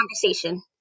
conversation